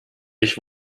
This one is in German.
nicht